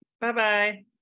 bye-bye